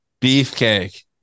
Beefcake